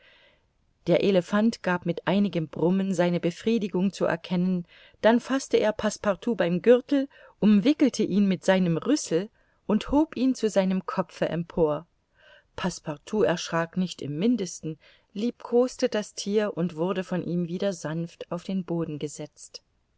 der elephant gab mit einigem brummen seine befriedigung zu erkennen dann faßte er passepartout beim gürtel umwickelte ihn mit seinem rüssel und hob ihn zu seinem kopfe empor passepartout erschrak nicht im mindesten liebkoste das thier und wurde von ihm wieder sanft auf den boden gesetzt